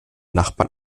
nachbarn